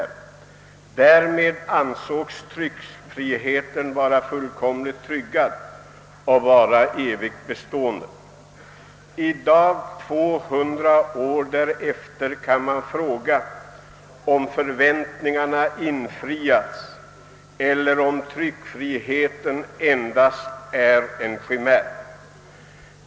Därmed ansågs tryckfriheten vara fullkomligt tryggad och för evigt bestående. I dag, tvåhundra år därefter, kan man fråga om förväntningarna infriats eller om tryckfriheten endast är en chimär.